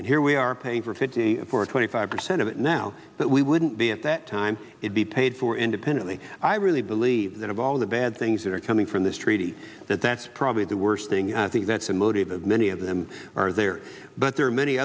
and here we are paying for fifty four twenty five percent of it now that we wouldn't be at that time it be paid for independently i really believe that of all the bad things that are coming from this treaty that that's probably the worst thing i think that's the motive of many of them are there but there are many